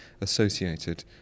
associated